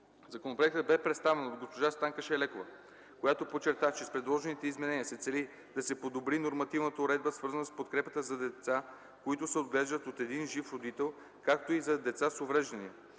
Законопроектът бе представен от госпожа Станка Шайлекова, която подчерта, че с предложените изменения се цели да се подобри нормативната уредба, свързана с подкрепата за деца, които се отглеждат от един жив родител, както и за деца с увреждания.